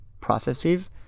processes